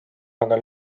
aga